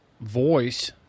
voice